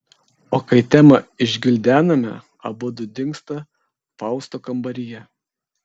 o kai temą išgvildename abudu dingsta fausto kambaryje